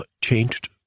changed